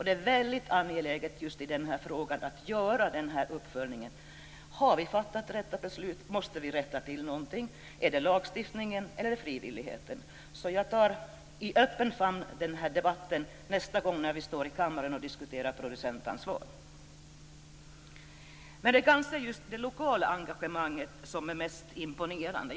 Det är väldigt angeläget i denna fråga att göra en uppföljning. Har vi fattat rätt beslut? Måst vi rätta till någonting - är det lagstiftningen eller frivilligheten? Jag tar i öppen famn den debatten nästa gång vi i kammaren diskuterar producentansvar. Det är kanske det lokala engagemanget som är mest imponerande.